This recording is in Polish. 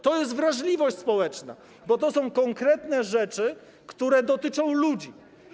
To jest wrażliwość społeczna, bo to są konkretne rzeczy, które dotyczą ludzi.